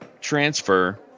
transfer